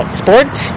sports